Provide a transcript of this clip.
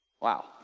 Wow